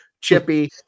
chippy